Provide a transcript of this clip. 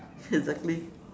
exactly